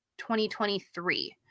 2023